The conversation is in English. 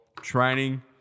training